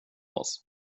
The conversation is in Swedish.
oss